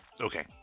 Okay